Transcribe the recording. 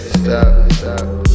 stop